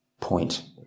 point